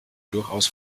durchaus